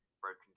broken